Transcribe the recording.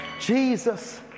Jesus